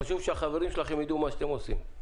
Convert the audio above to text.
חשוב שהחברים שלכם ידעו מה שאתם עושים.